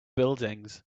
buildings